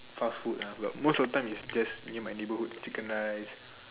fast food ah but most of the time is just in my neighbourhood chicken rice